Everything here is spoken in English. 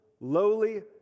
lowly